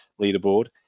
leaderboard